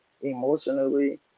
emotionally